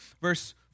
verse